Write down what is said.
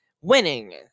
winning